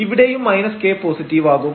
ഇവിടെയും k പോസിറ്റീവാകും